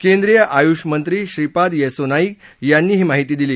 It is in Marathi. केंद्रीय आयुषमंत्री श्रीपाद येसो नाईक यांनी ही माहिती दिली